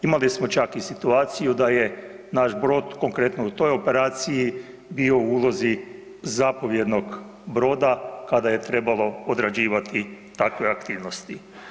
Imali smo čak i situaciju da je naš brod, konkretno u toj operaciji bio u ulozi zapovjednog broda, kada je trebalo odrađivati takve aktivnosti.